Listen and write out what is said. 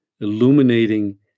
illuminating